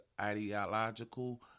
ideological